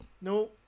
No